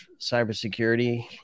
cybersecurity